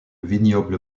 vignoble